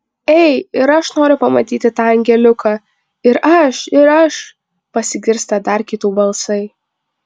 ei ir aš noriu pamatyti tą angeliuką ir aš ir aš pasigirsta dar kitų balsai